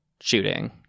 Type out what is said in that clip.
shooting